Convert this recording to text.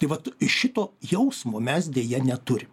tai vat ir šito jausmo mes deja neturim